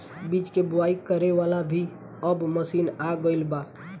बीज के बोआई करे वाला भी अब मशीन आ गईल बा